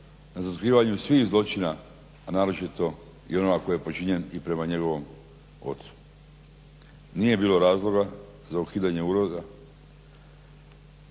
na razotkrivanju svih zločina, a naročito i onoga koji je počinjen i prema njegovom ocu. Nije bilo razloga za ukidanje ureda